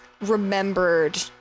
remembered